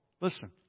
Listen